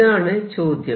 ഇതാണ് ചോദ്യം